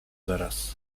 zaraz